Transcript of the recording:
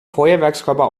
feuerwerkskörper